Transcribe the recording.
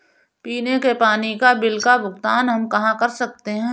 पीने के पानी का बिल का भुगतान हम कहाँ कर सकते हैं?